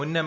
മുൻ എം